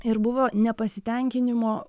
ir buvo nepasitenkinimo